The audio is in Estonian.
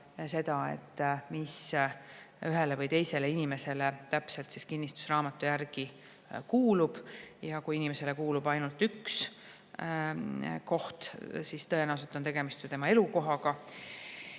seda, mis ühele või teisele inimesele täpselt kinnistusraamatu järgi kuulub. Kui inimesele kuulub ainult üks koht, siis tõenäoliselt on tegemist ju tema elukohaga.